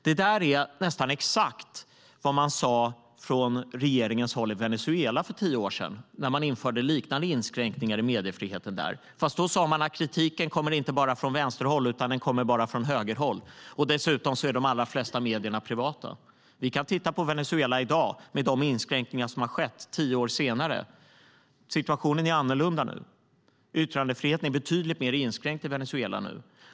Det där är nästan exakt vad regeringen i Venezuela sade för tio år sedan när man införde liknande inskränkningar i mediefriheten där, fast då sade man att kritiken kommer inte bara från vänster utan den kommer bara från höger, och dessutom är de allra flesta medierna privata. I dag, tio år senare, är situationen i Venezuela en annan. Yttrandefriheten är betydligt mer inskränkt.